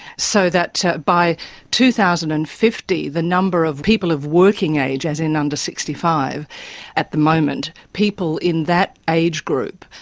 so that by two thousand and fifty the number of people of working age, as in under sixty five at the moment, people in that age group,